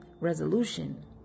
resolution